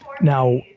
Now